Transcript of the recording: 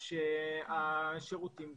שהשירותים קורסים.